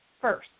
first